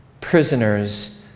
prisoners